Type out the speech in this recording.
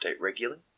regularly